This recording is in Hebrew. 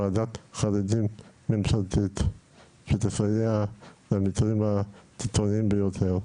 ועדת חריגים ממשלתית שתסייע במקרים הקיצוניים ביותר,